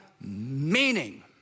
meaning